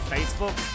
Facebook